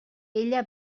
ella